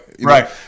Right